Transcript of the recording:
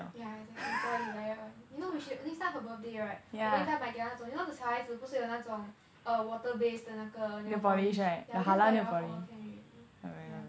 yeah exactly jia yi is like that one you know we should next time her birthday right 我们应该买给她 you know 小孩子不是有那种 err water base 的那个 nail polish yeah you just buy that one for her can already yeah